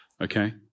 Okay